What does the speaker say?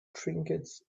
trinkets